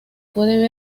puede